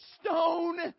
stone